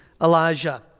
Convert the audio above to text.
Elijah